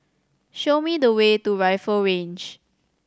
show me the way to Rifle Range